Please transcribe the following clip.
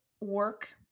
work